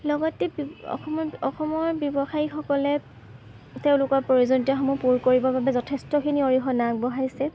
লগতে অসমৰ অসমত ব্যৱসায়ীসকলে তেওঁলোকৰ প্ৰয়োজনীয়তাসমূহ পূৰ কৰিবৰ বাবে যথেষ্টখিনি অৰিহণা আগবঢ়াইছে